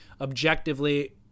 objectively